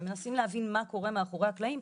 מנסים להבין מה קורה מאחורי הקלעים,